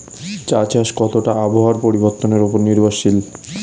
চা চাষ কতটা আবহাওয়ার পরিবর্তন উপর নির্ভরশীল?